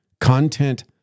Content